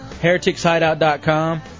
Hereticshideout.com